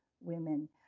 women